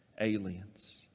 aliens